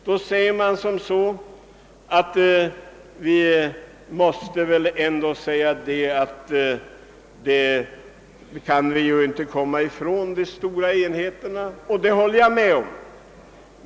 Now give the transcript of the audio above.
Då säger man kanske som så, att vi inte kan komma ifrån de stora enheterna, och det håller jag med om.